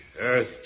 Earth